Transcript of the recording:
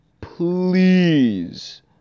Please